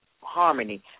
harmony